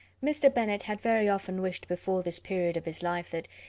mr. bennet had very often wished before this period of his life that,